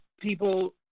people